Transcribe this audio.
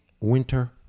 winter